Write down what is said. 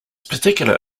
particular